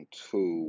two